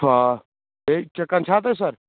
آ بیٚیہِ چِکن چھا تۄہہِ سَر